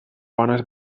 bones